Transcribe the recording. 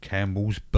Campbell's